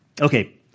Okay